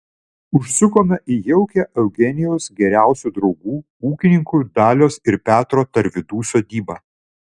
užsukome į jaukią eugenijaus geriausių draugų ūkininkų dalios ir petro tarvydų sodybą